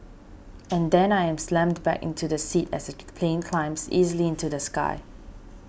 and then I am slammed back into the seat as the plane climbs easily into the sky